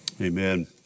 Amen